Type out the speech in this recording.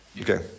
Okay